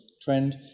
trend